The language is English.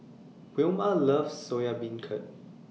Wilma loves Soya Beancurd